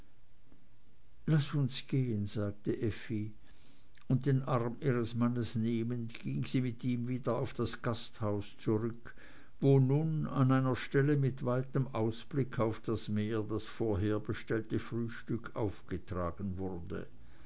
laß uns gehen sagte effi und den arm ihres mannes nehmend ging sie mit ihm wieder auf das gasthaus zurück wo nun an einer stelle mit weitem ausblick auf das meer das vorher bestellte frühstück aufgetragen wurde